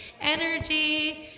energy